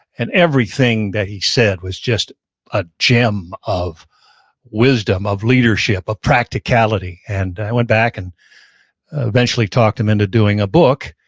and everything that he said was just a gem of wisdom, of leadership, of practicality. and i went back and eventually talked him into doing a book,